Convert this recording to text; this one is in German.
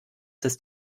das